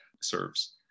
serves